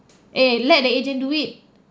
eh let the agent do it